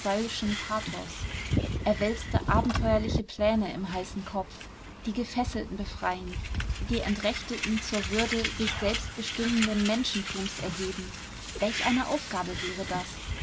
pathos er wälzte abenteuerliche pläne im heißen kopf die gefesselten befreien die entrechteten zur würde sich selbst bestimmenden menschentums erheben welch eine aufgabe wäre das